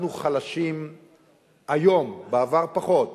אנחנו חלשים היום, בעבר פחות,